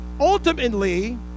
Ultimately